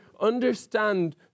understand